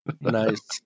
Nice